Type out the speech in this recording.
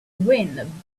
wind